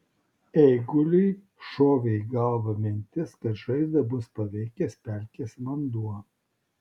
eiguliui šovė į galvą mintis kad žaizdą bus paveikęs pelkės vanduo